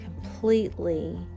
completely